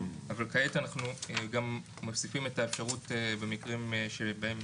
אבל כעת אנחנו גם מוסיפים את האפשרות במקרים שבהם